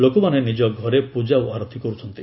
ଲୋକମାନେ ନିଜ ଘରେ ପୂଜା ଓ ଆରତୀ କରୁଛନ୍ତି